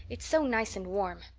it's so nice and warm.